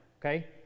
okay